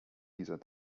dieser